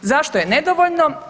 Zašto je nedovoljno?